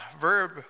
verb